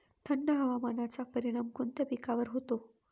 थंड हवामानाचा परिणाम कोणत्या पिकावर होतो?